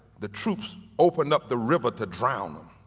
the troops opened up the river to drown them